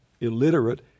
illiterate